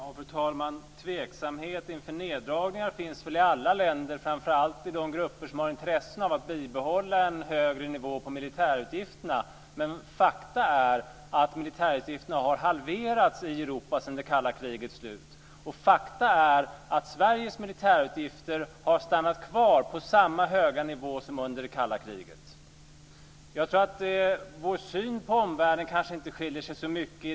Fru talman! Tveksamhet inför neddragningar finns väl i alla länder, framför allt i de grupper som har intressen av att bibehålla en högre nivå på militärutgifterna. Men faktum är att militärutgifterna har halverats i Europa sedan det kalla krigets slut. Och faktum är att Sveriges militärutgifter har stannat kvar på samma höga nivå som under det kalla kriget. Jag tror att vår syn på omvärlden kanske inte skiljer sig åt så mycket.